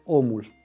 omul